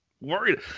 worried